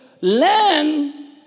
learn